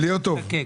להיות טוב.